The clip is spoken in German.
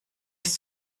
ist